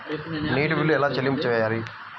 నీటి బిల్లు ఎలా చెల్లింపు చేయాలి?